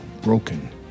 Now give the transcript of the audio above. broken